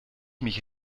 mich